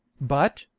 but,